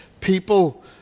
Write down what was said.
people